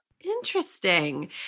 Interesting